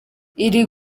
iri